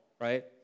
right